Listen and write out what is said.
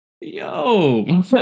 Yo